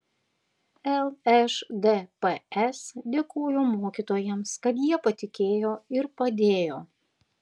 lšdps dėkojo mokytojams kad jie patikėjo ir padėjo